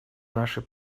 нашей